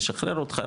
נשחרר אותך,